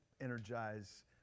energize